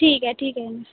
ठीक आहे ठीक आहे